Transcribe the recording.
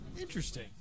Interesting